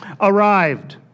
arrived